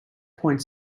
point